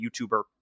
YouTuber-